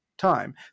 time